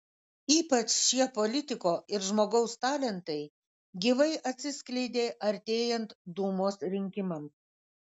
ypač šie politiko ir žmogaus talentai gyvai atsiskleidė artėjant dūmos rinkimams